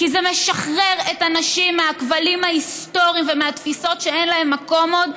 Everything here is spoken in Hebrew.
כי זה משחרר את הנשים מהכבלים ההיסטוריים ומהתפיסות שאין להן מקום עוד,